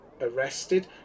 Arrested